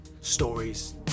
stories